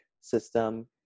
system